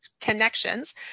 connections